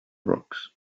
rocks